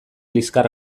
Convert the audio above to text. liskar